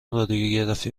رادیوگرافی